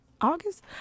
August